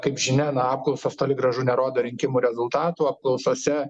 kaip žinia na apklausos toli gražu nerodo rinkimų rezultatų apklausose